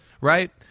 right